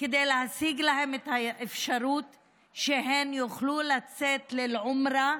כדי להשיג להן את האפשרות שהן יוכלו לצאת לאל-עומרה,